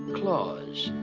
claus.